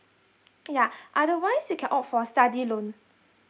yeah otherwise you can opt for study loan